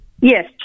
Yes